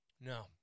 No